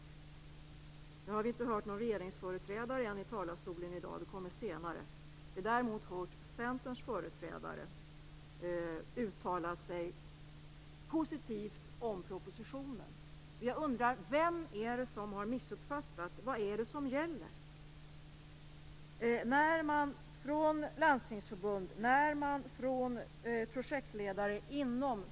Vi har ännu inte hört någon regeringsföreträdare i dag. Det kommer senare. Däremot har vi hört Centerns företrädare uttala sig positivt om propositionen. Men jag undrar vem som har missuppfattat detta och vad det är som gäller.